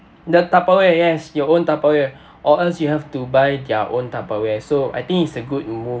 the Tupperware yes your own Tupperware or else you have to buy their own Tupperware so I think it's a good move